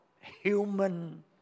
human